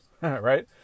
right